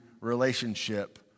relationship